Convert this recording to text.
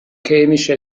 chemische